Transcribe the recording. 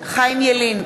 חיים ילין,